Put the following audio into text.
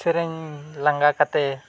ᱥᱮᱨᱮᱧ ᱞᱟᱸᱜᱟ ᱠᱟᱛᱮᱫ